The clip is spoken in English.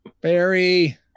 Barry